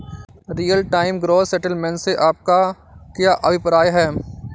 Real time gross settlement से आपका क्या अभिप्राय है?